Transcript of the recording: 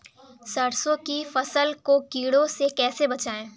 सरसों की फसल को कीड़ों से कैसे बचाएँ?